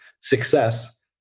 success